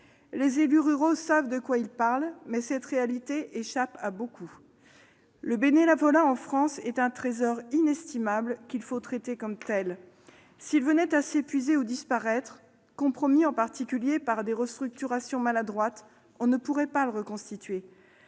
Les élus ruraux savent de quoi ils parlent, mais cette réalité échappe à beaucoup. Le bénévolat en France est un trésor inestimable, qu'il faut traiter comme tel. S'il venait à s'épuiser ou à disparaître, compromis en particulier par des restructurations maladroites, on ne pourrait pas le reconstituer.